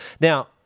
Now